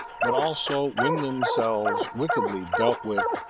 but also, when themselves wickedly dealt with,